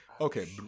okay